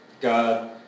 God